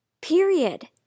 Period